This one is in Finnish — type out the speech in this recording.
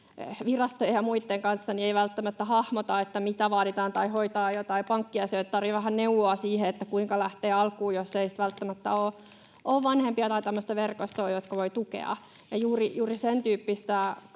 virastojen ja muitten kanssa, niin ei välttämättä hahmota, mitä vaaditaan, tai jos hoitaa joitain pankkiasioita, niin tarvitsee vähän neuvoa siihen, kuinka lähteä alkuun, kun ei välttämättä ole vanhempia tai tämmöistä verkostoa, jotka voivat tukea. Juuri sen tyyppistä